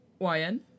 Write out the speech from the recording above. YN